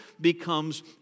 becomes